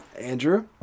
Andrew